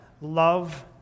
love